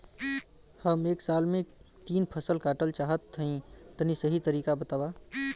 हम एक साल में तीन फसल काटल चाहत हइं तनि सही तरीका बतावा?